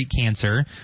cancer